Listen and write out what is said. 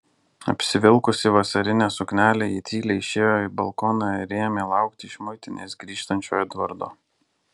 apsivilkusi vasarinę suknelę ji tyliai išėjo balkoną ir ėmė laukti iš muitinės grįžtančio edvardo